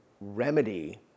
remedy